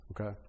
okay